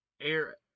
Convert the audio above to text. air